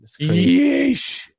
yeesh